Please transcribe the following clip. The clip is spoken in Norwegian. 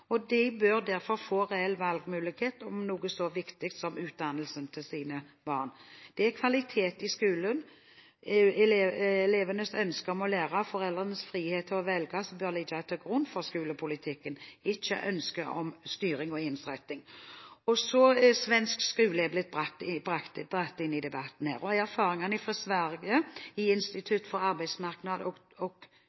barn. De bør derfor få reelle valgmuligheter om noe så viktig som utdannelsen til sine barn. Det er kvalitet i skolen, elevenes ønske om å lære og foreldrenes frihet til å velge som bør ligge til grunn for skolepolitikken, ikke ønsket om styring og ensretting. Svensk skole er blitt dratt inn i denne debatten. Av erfaringene fra Sverige i